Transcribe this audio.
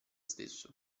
stesso